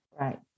Right